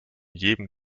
jedem